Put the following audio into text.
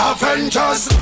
Avengers